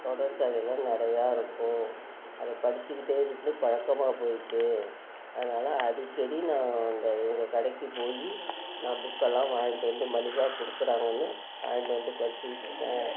தொடர்கதையெலாம் நிறையா இருக்கும் அதை படிச்சுக்கிட்டே இருந்து பழக்கமாக போய்ட்டு அதனால அடிக்கடி நான் அந்த எங்கள் கடைக்கு போய் நான் புக்கெலாம் வாங்கிட்டு வந்து மலிவாக கொடுக்குறாங்கன்னு வாங்கிட்டு வந்து படிச்சுக்கிட்டு இருக்கேன்